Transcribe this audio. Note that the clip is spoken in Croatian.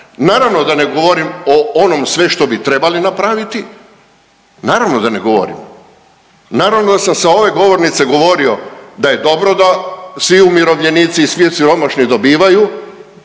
naravno da ne govorim o onom sve što bi trebali napraviti. Naravno da ne govorim. Naravno da sam sa ove govornice govorio da je dobro da svi umirovljenici i svi siromašni dobivaju,